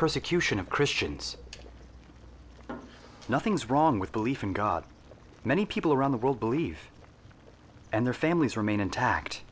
persecution of christians nothing's wrong with belief in god many people around the world believe and their families remain intact